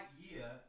year